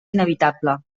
inevitable